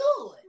good